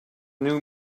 new